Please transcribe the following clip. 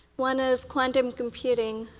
one is quantum computing.